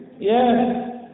yes